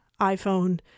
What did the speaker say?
iPhone